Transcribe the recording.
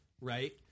Right